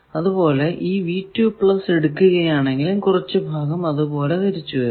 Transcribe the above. അത് പോലെ ഈ എടുക്കുകയാണെങ്കിലും കുറച്ചു ഭാഗം അതുപോലെ തിരികെ വരുന്നു